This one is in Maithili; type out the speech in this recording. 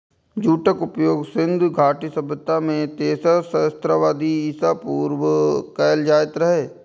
जूटक उपयोग सिंधु घाटी सभ्यता मे तेसर सहस्त्राब्दी ईसा पूर्व कैल जाइत रहै